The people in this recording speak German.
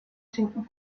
schinken